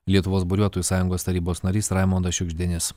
lietuvos buriuotojų sąjungos tarybos narys raimondas šiugždinis